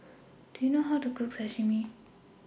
Do YOU know How to Cook Sashimi